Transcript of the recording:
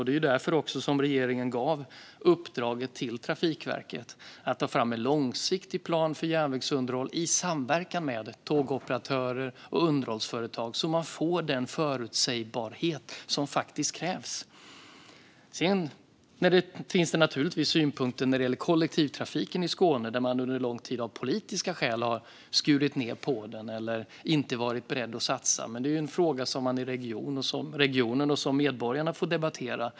Det är därför som regeringen gav uppdraget till Trafikverket att ta fram en långsiktig plan för järnvägsunderhåll i samverkan med tågoperatörer och underhållsföretag så att det går att få den förutsägbarhet som faktiskt krävs. Sedan finns naturligtvis synpunkter när det gäller kollektivtrafiken i Skåne. Under lång tid har man av politiska skäl skurit ned på kollektivtrafiken eller inte varit beredd att satsa. Men det är en fråga som regionen och medborgarna får debattera.